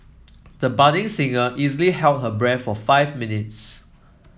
the budding singer easily held her breath for five minutes